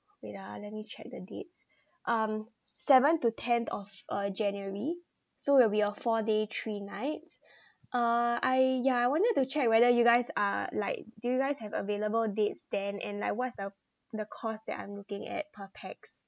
wait ah let me check the dates um seventh to tenth of uh january so will be a four day three nights uh I ya I wanted to check whether you guys are like do you guys have available dates then and like what's the the cost that I'm looking at per pax